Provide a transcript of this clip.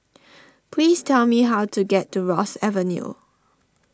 please tell me how to get to Ross Avenue